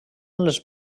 les